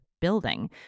building